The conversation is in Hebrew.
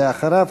ואחריו,